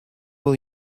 will